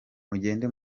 mugende